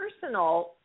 personal